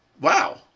wow